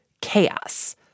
chaos